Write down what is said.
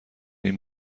این